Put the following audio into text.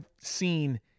seen